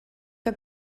que